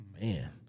man